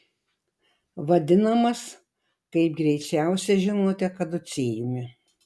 vadinamas kaip greičiausiai žinote kaducėjumi